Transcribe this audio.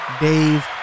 Dave